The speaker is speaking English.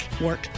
work